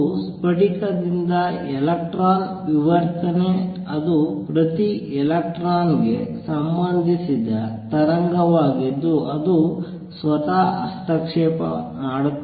ಸ್ಫಟಿಕದಿಂದ electron ವಿವರ್ತನೆ ಅದು ಪ್ರತಿ ಎಲೆಕ್ಟ್ರಾನ್ಗೆ ಸಂಬಂಧಿಸಿದ ತರಂಗವಾಗಿದ್ದು ಅದು ಸ್ವತಃ ಹಸ್ತಕ್ಷೇಪ ಮಾಡುತ್ತದೆ